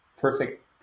perfect